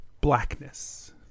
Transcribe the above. blackness